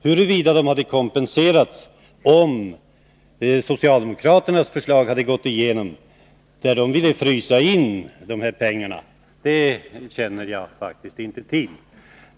Huruvida kommunen hade kompenserats om socialdemokraternas förslag om att frysa dessa pengar hade gått igenom känner jag faktiskt inte till.